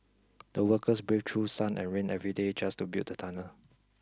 the workers braved through sun and rain every day just to build the tunnel